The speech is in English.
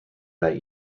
that